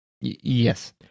Yes